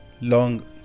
long